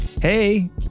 hey